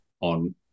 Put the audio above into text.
on